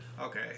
Okay